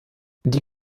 die